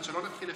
לא.